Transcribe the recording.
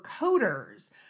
coders